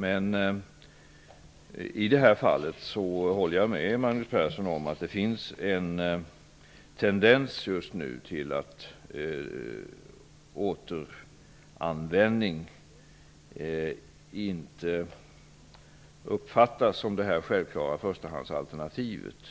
Men i det här fallet håller jag med Magnus Persson om att det just nu finns en tendens till att återanvändning inte uppfattas som det självklara förstahandsalternativet.